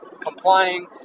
complying